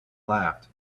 laughed